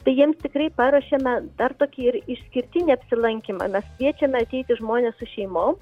tai jiems tikrai paruošėme dar tokį ir išskirtinį apsilankymą mes kviečiame ateiti žmones su šeimom